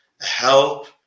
help